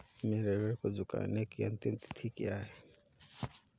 मेरे ऋण को चुकाने की अंतिम तिथि क्या है?